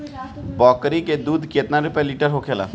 बकड़ी के दूध केतना रुपया लीटर होखेला?